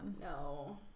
No